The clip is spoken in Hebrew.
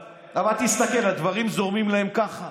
אבל תסתכל, הדברים זורמים להם ככה.